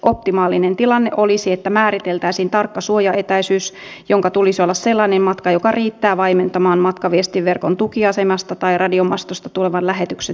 optimaalinen tilanne olisi että määriteltäisiin tarkka suojaetäisyys jonka tulisi olla sellainen matka joka riittää vaimentamaan matkaviestinverkon tukiasemasta tai radiomastosta tulevan lähetyksen tehoa merkittävästi